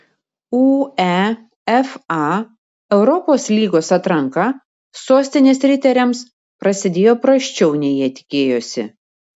uefa europos lygos atranka sostinės riteriams prasidėjo prasčiau nei jie tikėjosi